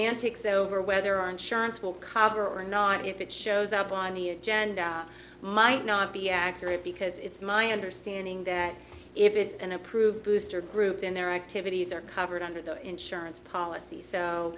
semantics over whether our insurance will cover or not if it shows up on the agenda might not be accurate because it's my understanding that if it's an approved booster group in their activities are covered under the insurance polic